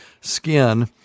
skin